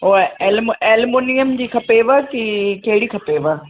उहा एल्म एल्मुनियम जी खपेव कि कहिड़ी खपेव